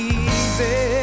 easy